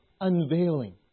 unveiling